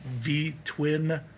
V-twin